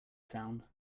sound